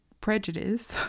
prejudice